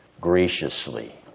graciously